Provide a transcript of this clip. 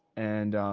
and,